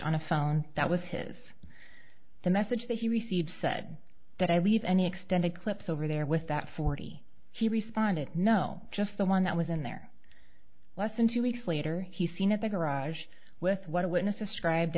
on a phone that was his the message that he received said that i leave any extended clips over there with that forty he responded no just the one that was in there less than two weeks later he seen at the garage with what witnesses described